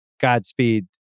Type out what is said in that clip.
Godspeed